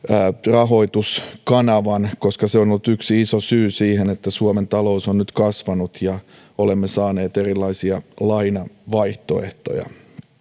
rahoituskanavan koska se on ollut yksi iso syy siihen että suomen talous on nyt kasvanut ja olemme saaneet erilaisia lainavaihtoehtoja